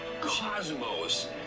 cosmos